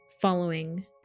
Following